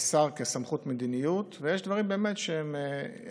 שר כסמכות מדיניות ויש דברים שהכנסת